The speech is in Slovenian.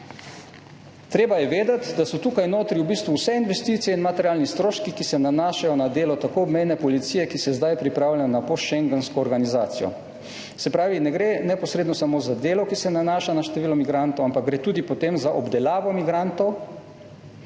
»Treba je vedeti, da so tukaj notri v bistvu vse investicije in materialni stroški, ki se nanašajo na delo tako obmejne policije, ki se zdaj pripravlja na postschengensko organizacijo. Se pravi, ne gre neposredno samo za delo, ki se nanaša na število migrantov, ampak gre tudi potem za obdelavo migrantov.